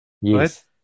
Yes